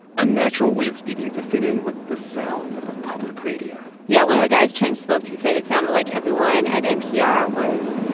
unnatural way of speaking to fit in with the sound of public radio yeah, one of the guys chen spoke to said it sounded like everyone at npr was,